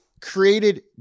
Created